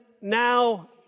now